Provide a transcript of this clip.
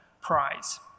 prize